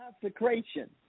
consecration